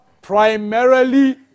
Primarily